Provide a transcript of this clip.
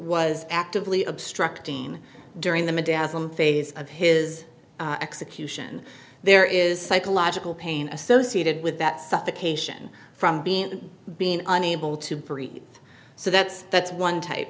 was actively obstructing during the modafinil phase of his execution there is psychological pain associated with that suffocation from being to being unable to breathe so that's that's one type